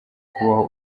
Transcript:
kubaho